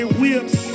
whips